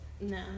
No